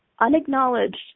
unacknowledged